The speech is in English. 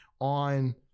on